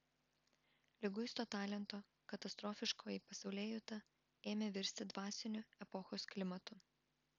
liguisto talento katastrofiškoji pasaulėjauta ėmė virsti dvasiniu epochos klimatu